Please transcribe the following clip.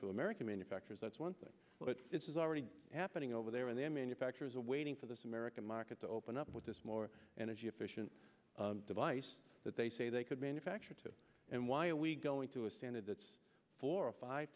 to american manufacturers that's one thing but this is already happening over there and the manufacturers are waiting for this american market to open up with this more energy efficient device that they say they could manufacture to and why are we going to a standard that's four or five